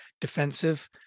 defensive